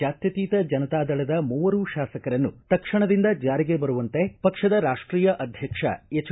ಜಾತ್ಯತೀತ ಜನತಾದಳದ ಮೂವರು ಶಾಸಕರನ್ನು ತಕ್ಷಣದಿಂದ ಜಾರಿಗೆ ಬರುವಂತೆ ಪಕ್ಷದ ರಾಷ್ಷೀಯ ಅಧ್ಯಕ್ಷ ಎಜ್